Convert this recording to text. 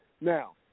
Now